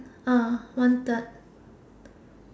uh one third